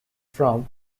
from